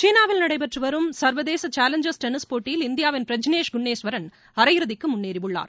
சீனாவில் நடைபெற்றுவரும் சர்வதேச சேலஞ்சர்ஸ் டென்னிஸ் போட்டியில் இந்தியாவின் பிரஜ்னேஷ் குன்னேஸ்வரன் அரையிறுதிக்கு முன்னேறியுள்ளார்